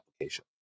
application